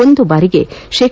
ಒಂದು ಬಾರಿಗೆ ಶೇ